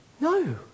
No